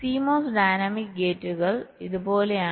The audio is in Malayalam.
CMOS ഡൈനാമിക് ഗേറ്റുകൾ ഇതുപോലെയാണ്